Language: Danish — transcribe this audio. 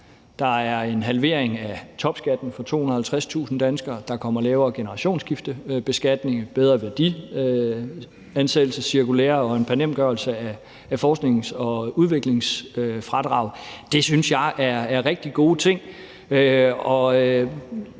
der er en halvering af topskatten for 250.000 danskere; der kommer lavere generationsskiftebeskatning, et bedre værdiansættelsescirkulære og en permanentgørelse af forsknings- og udviklingsfradraget. Det synes jeg er rigtig gode ting.